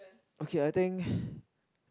okay I think